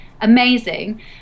amazing